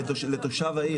לתושב העיר.